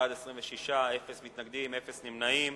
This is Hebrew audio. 26 בעד, אין מתנגדים ואין נמנעים.